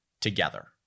together